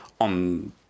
on